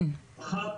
אחת,